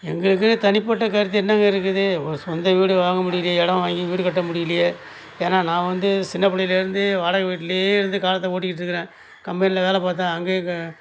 எங்களுக்குனு தனிப்பட்டக் கருத்து என்னங்க இருக்குது ஒரு சொந்த வீடு வாங்க முடியலே எடம் வாங்கி வீடுக் கட்ட முடியலேயே ஏன்னா நான் வந்து சின்ன பிள்ளையிலேருந்தே வாடகை வீட்டில் இருந்து காலத்தை ஓட்டிக்கிட்டு இருக்கிறேன் கம்பெனியில் வேலை பார்த்தேன் அங்கேயும் க